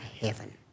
heaven